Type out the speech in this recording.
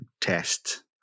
test